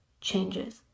changes